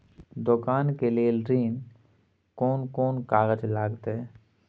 दुकान के लेल ऋण कोन कौन कागज लगतै?